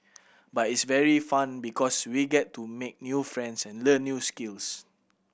but it's very fun because we get to make new friends and learn new skills